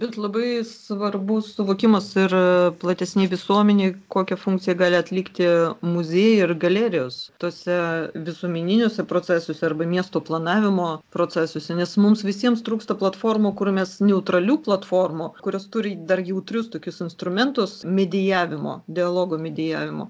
bet labai svarbus suvokimas ir platesnėj visuomenėj kokią funkciją gali atlikti muziejai ir galerijos tose visuomeniniuose procesuose arba miesto planavimo procesuose nes mums visiems trūksta platformų kur mes neutralių platformų kurios turi dar jautrius tokius instrumentus medijavimo dialogo medijavimo